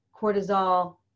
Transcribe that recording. cortisol